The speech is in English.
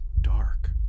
dark